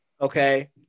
Okay